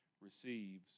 receives